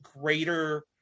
greater